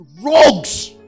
rogues